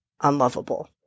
unlovable